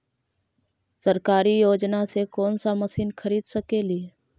सरकारी योजना से कोन सा मशीन खरीद सकेली?